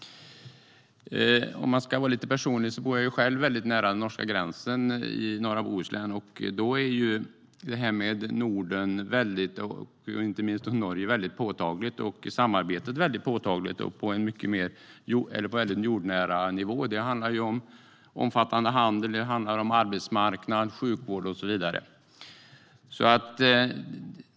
Om jag ska vara lite personlig så kan jag berätta att jag själv bor väldigt nära den norska gränsen, i norra Bohuslän. Då är samarbetet med Norden och inte minst med Norge väldigt påtagligt på en jordnära nivå. Det handlar om omfattande handel, arbetsmarknad, sjukvård och så vidare.